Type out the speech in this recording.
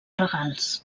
regals